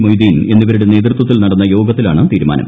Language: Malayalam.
മൊയ്തീൻ എന്നിവരുടെ നേതൃത്വത്തിൽ നടന്ന യോഗത്തിലാണ് തീരുമാനം